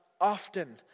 often